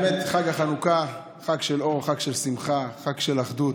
חג החנוכה, חג של אור, חג של שמחה, חג של אחדות.